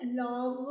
love